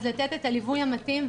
אז לתת את הליווי המתאים,